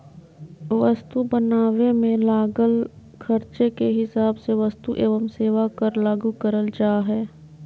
वस्तु बनावे मे लागल खर्चे के हिसाब से वस्तु एवं सेवा कर लागू करल जा हय